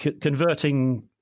Converting